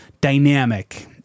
dynamic